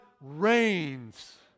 reigns